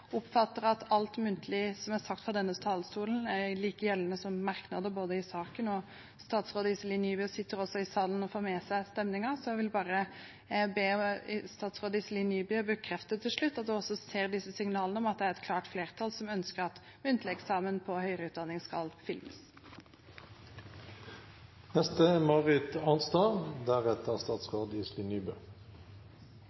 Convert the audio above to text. oppfatter at alt muntlig som er sagt fra denne talerstolen, er like gjeldende som merknader i saken. Statsråd Iselin Nybø sitter også i salen og får med seg stemningen, så jeg vil bare be statsråden bekrefte at hun også oppfatter disse signalene om at det er et klart flertall som ønsker at muntlig eksamen i høyere utdanning skal